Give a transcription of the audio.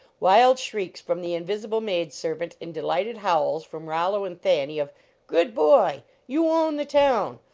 wild shrieks from the invisible maid servant and delighted howls from rollo and thanny of good boy! you own the town!